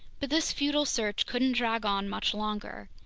but this futile search couldn't drag on much longer.